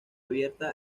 abierta